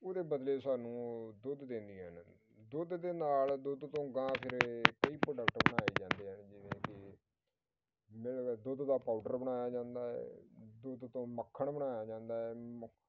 ਉਹਦੇ ਬਦਲੇ ਸਾਨੂੰ ਉਹ ਦੁੱਧ ਦਿੰਦੀਆਂ ਨੇ ਦੁੱਧ ਦੇ ਨਾਲ ਦੁੱਧ ਤੋਂ ਅਗਾਂਹ ਫਿਰ ਇਹ ਕਈ ਪ੍ਰੋਡਕਟ ਬਣਾਏ ਜਾਂਦੇ ਹਨ ਜਿਵੇਂ ਕਿ ਮਿਲਕ ਦੁੱਧ ਦਾ ਪਾਊਡਰ ਬਣਾਇਆ ਜਾਂਦਾ ਹੈ ਦੁੱਧ ਤੋਂ ਮੱਖਣ ਬਣਾਇਆ ਜਾਂਦਾ ਹੈ ਮਕ